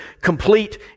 complete